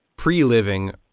pre-living